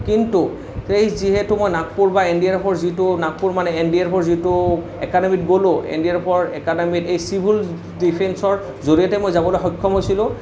কিন্তু সেই যিহেতু মই নাগপুৰ বা এন ডি আৰ এফৰ যিটো নাগপুৰ মানে এন ডি আৰ এফৰ যিটো একাডেমীত গ'লোঁ এন ডি আৰ এফৰ একাডেমীত এই চিভিল ডিফেন্সৰ জৰিয়তে মই যাবলৈ সক্ষম হৈছিলোঁ